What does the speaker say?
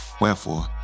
Wherefore